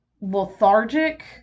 Lethargic